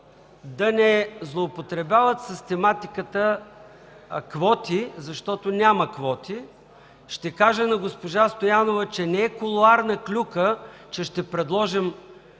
да не злоупотребяват с тематиката „квоти”, защото няма квоти. Ще кажа на госпожа Стоянова, че не е кулоарна клюка, че ще предложим